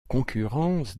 concurrence